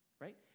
right